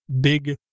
big